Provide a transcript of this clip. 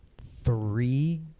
three